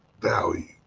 value